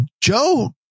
joe